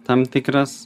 tam tikras